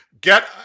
Get